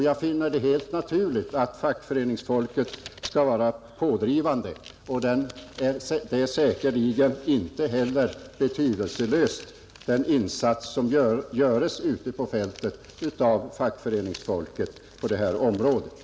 Jag finner det helt naturligt att fackföreningsfolket är pådrivande, och den insats som görs ute på fältet är säkerligen inte heller betydelselös.